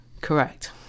correct